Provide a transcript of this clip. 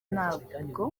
ntabwo